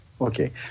Okay